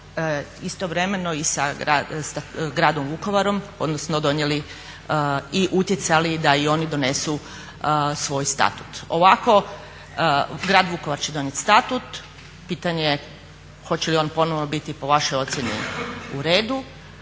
istovremeno i sa gradom Vukovarom, odnosno donijeli i utjecali da i oni donesu svoj statut. Ovako grad Vukovar će donijeti Statut. Pitanje je hoće li on ponovno biti po vašoj ocjeni u redu,